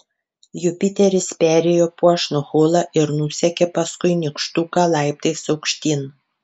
jupiteris perėjo puošnų holą ir nusekė paskui nykštuką laiptais aukštyn